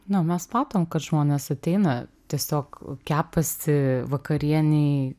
na mes matom kad žmonės ateina tiesiog kepasi vakarienei